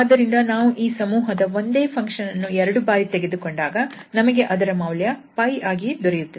ಆದ್ದರಿಂದ ನಾವು ಈ ಸಮೂಹದ ಒಂದೇ ಫಂಕ್ಷನ್ ಅನ್ನು ಎರಡು ಬಾರಿ ತೆಗೆದುಕೊಂಡಾಗ ನಮಗೆ ಅದರ ಮೌಲ್ಯ 𝜋 ಆಗಿ ದೊರೆಯುತ್ತದೆ